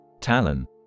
Talon